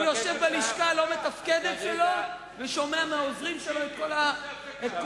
הוא יושב בלשכה הלא-מתפקדת שלו ושומע מהעוזרים שלו את כל הסילופים.